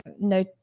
no